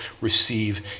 receive